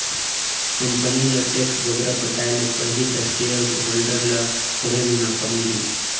company ल tax बगरा पटाए ले परही ता सेयर होल्डर ल थोरहें मुनाफा मिलही